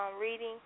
reading